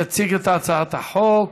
יציג את הצעת החוק.